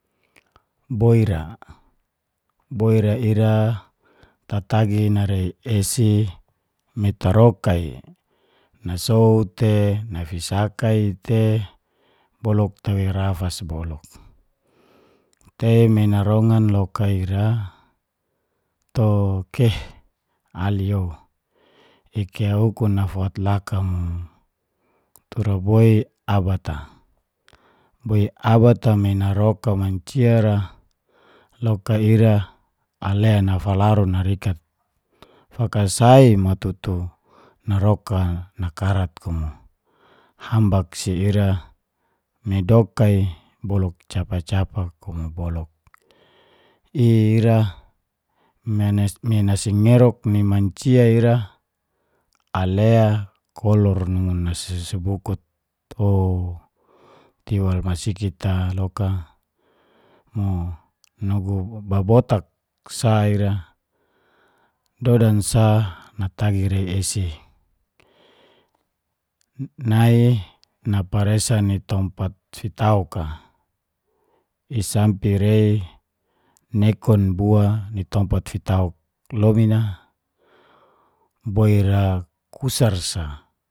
Boi ra, boi ra ira le tatagi nerei esi me teroka i nasow te, nafisaka i te, bolok tawei rafas boluk. Tei namei narrongan loka ira to keh ali ou ike lukun nafot laka mo tura boi abat a. Boi abat a me naroka mancia ra loka ira, ale nafalaru narikat fakasai matutu naroka nakarat kumu. Hambak si ira medoka i boluk capa-capa kumu boluk, ira me nasingeruk ni mancia ira ale kolor numu nasibukut o tewal masikit a loka, nugu baba botak sa ira, dodan sa natagi rei esi nai naparesa ni tompat fitauk a. I sampe rei, nekun bua ni tompat fitauk lomin a boi ra kusar sa